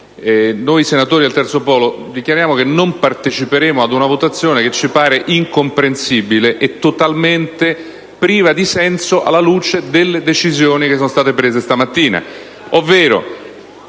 noi senatori del Terzo Polo dichiariamo che non parteciperemo ad una votazione che ci pare incomprensibile e totalmente priva di senso, alla luce delle decisioni che sono state assunte in